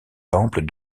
temples